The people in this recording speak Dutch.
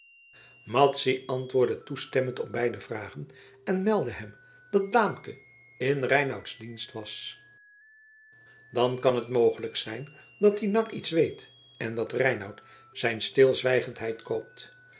madzy antwoordde toestemmend op beide vragen en meldde hem dat daamke in reinouts dienst was dan kan het mogelijk zijn dat die nar iets weet en dat reinout zijn stilzwijgendheid koopt